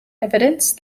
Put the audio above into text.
evidence